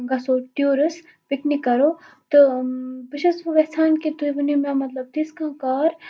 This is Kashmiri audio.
گَژھو ٹیورَس پِکنِک کَرو تہٕ بہٕ چھَس یژھان کہِ تُہۍ ؤنِو مےٚ مَطلَب تِژھ کانٛہہ کار